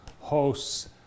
hosts